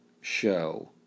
show